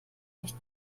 nicht